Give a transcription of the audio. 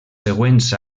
següents